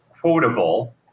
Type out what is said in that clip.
quotable –